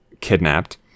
kidnapped